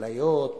כליות,